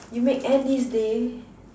you make Andy's day